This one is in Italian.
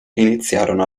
iniziarono